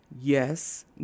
Yes